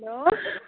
hello